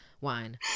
wine